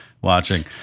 watching